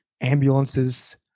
ambulances